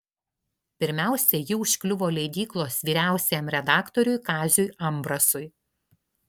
pirmiausia ji užkliuvo leidyklos vyriausiajam redaktoriui kaziui ambrasui